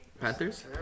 Panthers